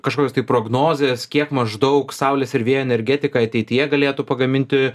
kažkokios tai prognozės kiek maždaug saulės ir vėjo energetika ateityje galėtų pagaminti